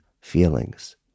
feelings